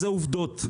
אלה עובדות.